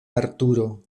arturo